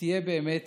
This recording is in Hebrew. שתהיה באמת